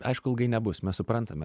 aišku ilgai nebus mes suprantame